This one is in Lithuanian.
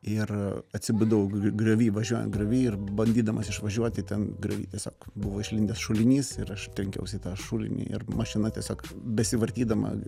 ir atsibudau griovy važiuojant griovy ir bandydamas išvažiuoti ten griovy tiesiog buvo išlindęs šulinys ir aš trenkiausi į tą šulinį ir mašina tiesiog besivartydama